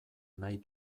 nahi